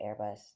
Airbus